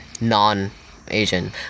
non-Asian